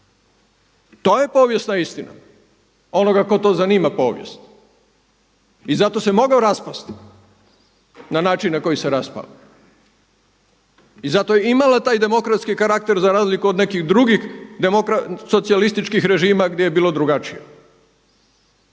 To je povijesna istina onoga koga zanima povijest. I zato se mogao raspasti na način na koji se raspao. I zato je imala taj demokratski karakter za razliku od nekih drugih socijalističkih režima gdje je bilo drugačije.